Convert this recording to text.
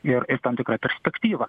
ir tam tikrą perspektyvą